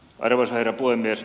arvoisa herra puhemies